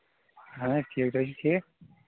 اَہن حظ ٹھیٖک تُہۍ چھِو ٹھیٖک